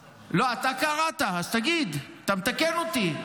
לא, אתה קראת, אז תגיד, אתה מתקן אותי.